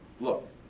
Look